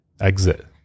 exit